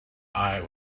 eye